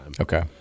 Okay